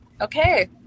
Okay